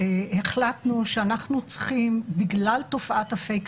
החלטנו שאנחנו צריכים בגלל תופעת ה"פייק